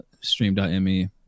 stream.me